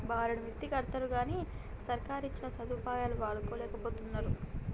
బారెడు మిత్తికడ్తరుగని సర్కారిచ్చిన సదుపాయాలు వాడుకోలేకపోతరు